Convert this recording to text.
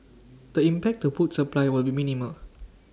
the impact to food supply will be minimal